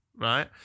Right